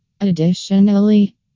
Additionally